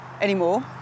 anymore